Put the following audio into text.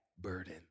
burden